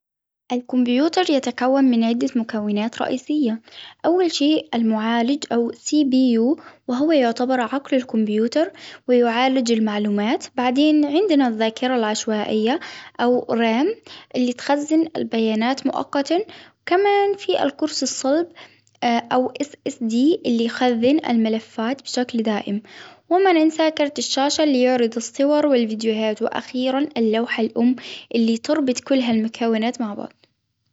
الكمبيوتر يتكون من عدة مكونات رئيسية. أول شيء المعالج أو هو يعتبر عقل الكمبيوتر ويعالج المعلومات. بعدين عندنا الذاكرة العشوائية أو ريم. اللي تخزن البيانات مؤقتا. وكمان في القرص الصلب. أو اللي يخزن الملفات بشكل دائم. وما ننسى كرت الشاشة اللي يعرضوا الصور والفيديوهات وأخيرا اللوحة الأم اللي تربط كل هالمكونات مع بعض.